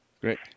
Great